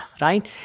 right